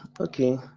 Okay